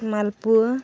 ᱢᱟᱞᱯᱩᱣᱟᱹ